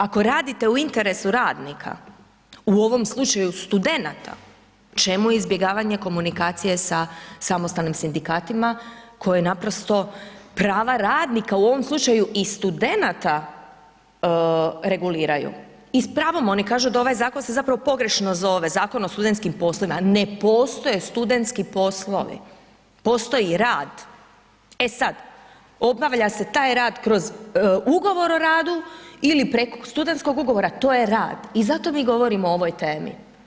Ako radite u interesu radnika u ovom slučaju studenata, čemu izbjegavanje komunikacije sa samostalnim sindikatima koje naprosto prava radnika, u ovom slučaju i studenata reguliraju i s pravom oni kažu da ovaj zakon se zapravo pogrešno zove, Zakon o studentskim poslovima, ne postoje studentski poslovi, postoji rad, e sad obavlja se taj rad kroz Ugovor o radu ili preko studentskog ugovora to je rad i zato mi govorimo o ovoj temi.